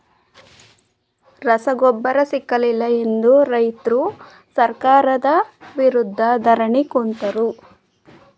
ರಸಗೊಬ್ಬರ ಸಿಕ್ಕಲಿಲ್ಲ ಎಂದು ರೈತ್ರು ಸರ್ಕಾರದ ವಿರುದ್ಧ ಧರಣಿ ಕೂತರು